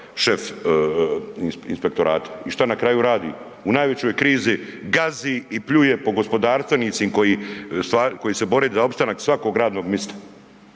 šef inspektorata. I šta na kraju radi? U najvećoj krizi gazi i pljuje po gospodarstvenicima koji se bore za opstanak svakog radnog mista.